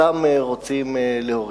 אותם רוצים להוריד.